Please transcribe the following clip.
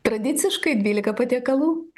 tradiciškai dvylika patiekalų